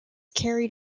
carried